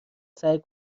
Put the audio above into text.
سعی